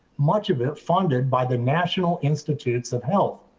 much of it funded by the national institutes of health.